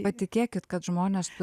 patikėkit kad žmonės